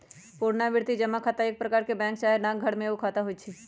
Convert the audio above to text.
पुरनावृति जमा खता एक प्रकार के बैंक चाहे डाकघर में एगो खता होइ छइ